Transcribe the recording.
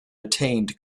attained